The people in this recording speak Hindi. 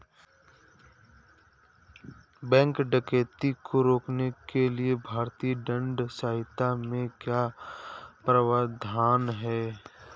बैंक डकैती को रोकने के लिए भारतीय दंड संहिता में क्या प्रावधान है